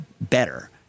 better